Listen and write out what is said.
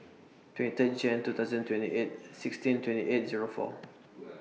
twenty ten Jan two thousand twenty eight sixteen twenty eight Zero four